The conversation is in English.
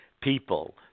people